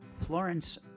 Florence